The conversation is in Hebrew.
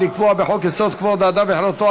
של חברת הכנסת קסניה